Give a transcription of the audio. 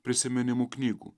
prisiminimų knygų